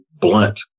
blunt